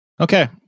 Okay